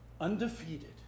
undefeated